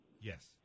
Yes